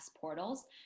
portals